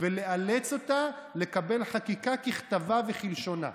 ולאלץ אותה לקבל חקיקה ככתבה וכלשונה.